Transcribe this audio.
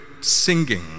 singing